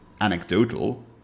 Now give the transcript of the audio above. anecdotal